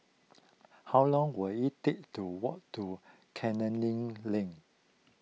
how long will it take to walk to Canning Lane